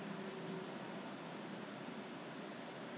err I didn't I didn't I didn't I didn't